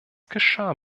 geschah